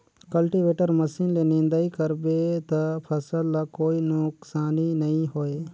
cultivator machine ले निंदई कर बे त फसल ल कोई नुकसानी नई होये